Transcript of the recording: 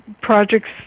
Projects